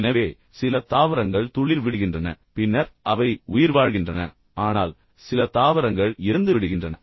எனவே சில தாவரங்கள் துளிர் விடுகின்றன பின்னர் அவை உயிர்வாழ்கின்றன ஆனால் சில தாவரங்கள் இறந்துவிடுகின்றன